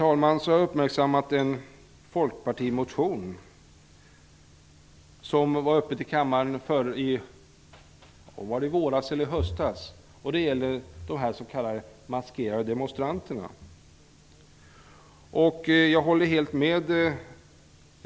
Jag har uppmärksammat en folkpartimotion som var uppe till behandling i kammaren i våras eller i höstas. Den gäller de s.k. maskerade demonstranterna.